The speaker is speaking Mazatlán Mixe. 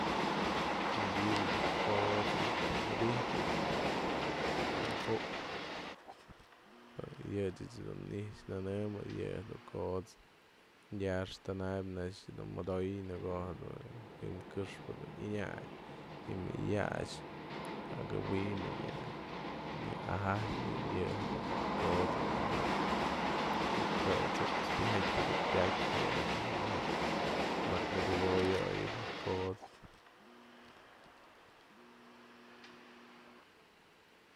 Medyëbë yë dun ko'ots este widyjpë yë yë mëjk ju'uk yë ech dun i'ixpë nënëm yë dun ko'ots ya'ax tana'apë na'axa dun modoyë në ko'o ji'im këxpë dun ënya'ay, ji'im yë ya'ax ja'aka wi'in yë nya aja'ajë yë jedun ko'ts jedun ja'ak ja'ak jue t'su'up ti'ijat du pyatpë jia'ak mëd në bëboyoyëp ko'ots.